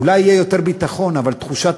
אולי יהיה יותר ביטחון, אבל